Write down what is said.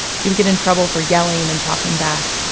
she would get in trouble for yelling and talking back.